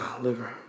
Liver